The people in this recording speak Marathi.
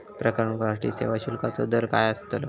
प्रकरण करूसाठी सेवा शुल्काचो दर काय अस्तलो?